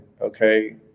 okay